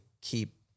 keep